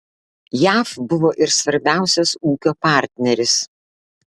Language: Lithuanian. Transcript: jav buvo ir svarbiausias ūkio partneris